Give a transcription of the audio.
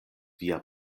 via